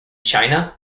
china